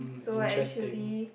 so actually